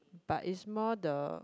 but is more the